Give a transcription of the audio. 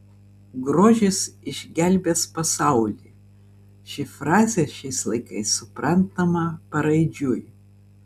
grožis išgelbės pasaulį ši frazė šiais laikais suprantama paraidžiui